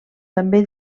també